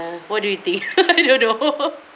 what do you think don't know